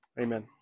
Amen